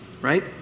right